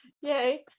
Yay